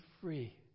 free